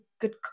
good